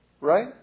Right